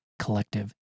collective